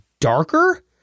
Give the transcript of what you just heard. darker